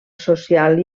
social